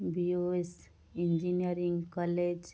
B O S engineering college